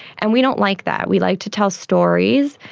and we don't like that. we like to tell stories,